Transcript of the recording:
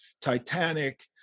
Titanic